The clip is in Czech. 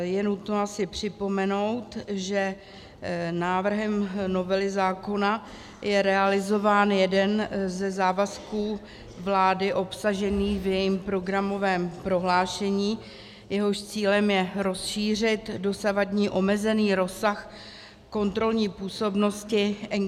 Je nutno si připomenout, že návrhem novely zákona je realizován jeden ze závazků vlády obsažený v jejím programovém prohlášení, jehož cílem je rozšířit dosavadní omezený rozsah kontrolní působnosti NKÚ.